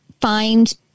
find